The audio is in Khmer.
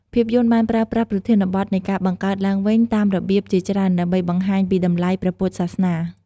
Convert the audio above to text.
ភាពយន្តបានប្រើប្រាស់ប្រធានបទនៃការបង្កើតឡើងវិញតាមរបៀបជាច្រើនដើម្បីបង្ហាញពីតម្លៃព្រះពុទ្ធសាសនា។